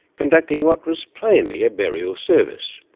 conducting what was plainly a burial service.